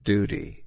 Duty